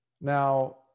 Now